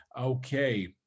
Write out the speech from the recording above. Okay